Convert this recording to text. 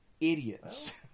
idiots